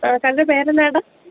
ആ കടയുടെ പേര് എന്താ ചേട്ടാ